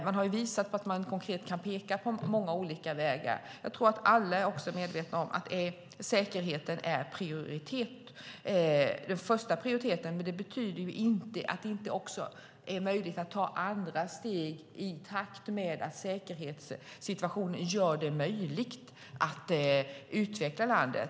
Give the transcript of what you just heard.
Man har visat att man konkret kan peka på många olika vägar. Jag tror att alla också är medvetna om att säkerheten är den första prioriteten. Men det betyder inte att det inte också är möjligt att ta andra steg i takt med att säkerhetssituationen gör det möjligt att utveckla landet.